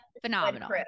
phenomenal